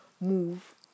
move